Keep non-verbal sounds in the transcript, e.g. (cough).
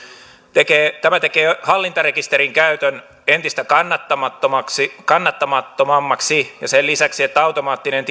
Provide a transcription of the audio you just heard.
tämä tekee hallintarekisterin käytön entistä kannattamattomammaksi kannattamattomammaksi sen lisäksi että automaattinen (unintelligible)